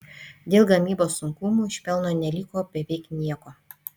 dėl gamybos sunkumų iš pelno neliko beveik nieko